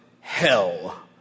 hell